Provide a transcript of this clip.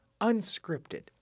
unscripted